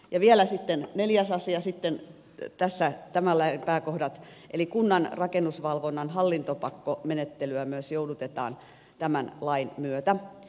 ja vielä sitten neljäs asia tässä tämän lain pääkohdat eli kunnan rakennusvalvonnan hallintopakkomenettelyä myös joudutetaan tämän lain myötä